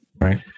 right